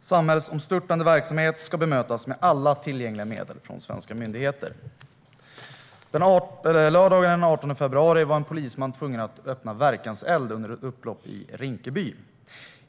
Samhällsomstörtande verksamhet ska bemötas med alla tillgängliga medel från svenska myndigheter. Lördagen den 18 februari var en polisman tvungen att öppna verkanseld under ett upplopp i Rinkeby.